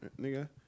Nigga